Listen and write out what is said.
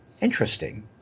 interesting